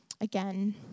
again